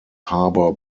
harbor